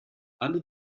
alle